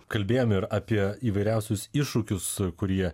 kalbėjom ir apie įvairiausius iššūkius kurie